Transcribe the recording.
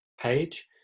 page